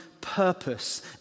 purpose